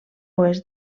oest